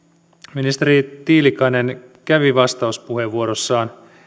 ministeri tiilikainen kävi vastauspuheenvuorossaan